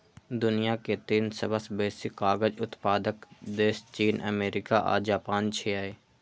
दुनिया के तीन सबसं बेसी कागज उत्पादक देश चीन, अमेरिका आ जापान छियै